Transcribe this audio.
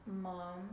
mom